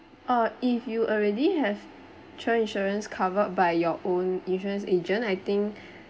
uh if you already have travel insurance covered by your own insurance agent I think